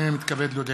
הנני מתכבד להודיעכם,